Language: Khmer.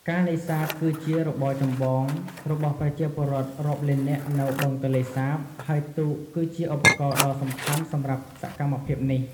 ការនេសាទ គឺជារបរចម្បងរបស់ប្រជាពលរដ្ឋរាប់លាននាក់នៅបឹងទន្លេសាប ហើយទូកគឺជាឧបករណ៍ដ៏សំខាន់សម្រាប់សកម្មភាពនេះ។